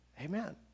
amen